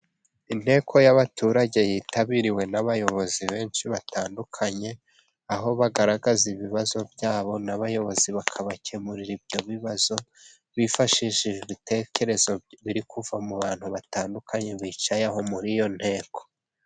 Inteko y'abaturage yitabiriwe n'abayobozi benshi batandukanye, aho bagaragaza ibibazo byabo, n'abayobozi bakabakemurira ibyo bibazo, bifashishije ibitekerezo biri kuva mu bantu batandukanye bicayeho muri iyo nteko.